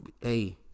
Hey